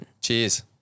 Cheers